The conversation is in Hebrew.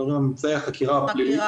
מדברים על ממצאי החקירה הפלילית.